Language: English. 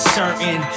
certain